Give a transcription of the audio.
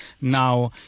now